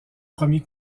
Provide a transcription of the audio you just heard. premier